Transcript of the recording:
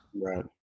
right